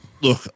look